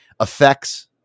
effects